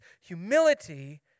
humility